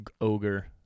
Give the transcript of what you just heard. ogre